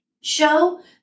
show